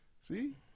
See